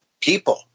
people